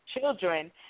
children